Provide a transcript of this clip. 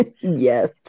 Yes